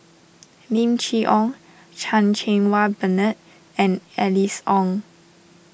Lim Chee Onn Chan Cheng Wah Bernard and Alice Ong